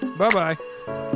Bye-bye